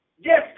Yes